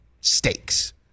stakes